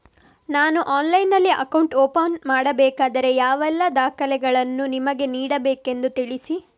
ನಾನು ಆನ್ಲೈನ್ನಲ್ಲಿ account open ಮಾಡಬೇಕಾದರೆ ಯಾವ ಎಲ್ಲ ದಾಖಲೆಗಳನ್ನು ನಿಮಗೆ ನೀಡಬೇಕೆಂದು ತಿಳಿಸಿ?